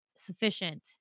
sufficient